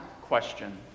question